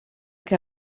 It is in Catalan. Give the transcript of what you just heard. que